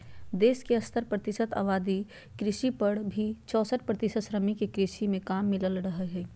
देश के सत्तर प्रतिशत आबादी कृषि पर, वहीं चौसठ प्रतिशत श्रमिक के कृषि मे काम मिल रहल हई